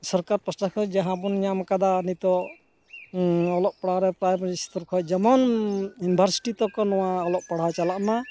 ᱥᱚᱨᱠᱟᱨ ᱯᱟᱦᱚᱴᱟ ᱠᱷᱚᱱ ᱡᱟᱦᱟᱸ ᱵᱚᱱ ᱧᱟᱢ ᱠᱟᱫᱟ ᱱᱤᱛᱚᱜ ᱚᱞᱚᱜ ᱯᱟᱲᱦᱟᱜ ᱨᱮ ᱯᱨᱟᱭᱢᱟᱨᱤ ᱥᱛᱚᱨ ᱠᱷᱚᱱ ᱡᱮᱢᱚᱱ ᱤᱱᱵᱷᱟᱨᱥᱤᱴᱤ ᱛᱚᱠᱠᱚ ᱱᱚᱣᱟ ᱚᱞᱚᱜ ᱯᱟᱲᱦᱟ ᱪᱟᱞᱟᱜ ᱢᱟ